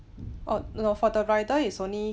oh no for the rider is only